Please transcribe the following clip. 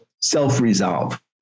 self-resolve